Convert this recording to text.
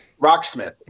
Rocksmith